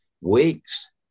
weeks